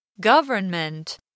Government